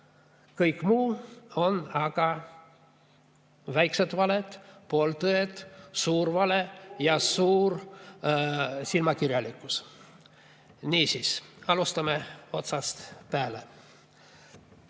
Kõik muu on aga väiksed valed, pooltõed, suur vale ja suur silmakirjalikkus. Niisiis, alustame otsast pääle.